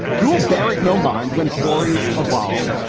you will bear it. no mind. when stories evolve,